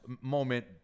moment